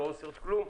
ולא עושות כלום,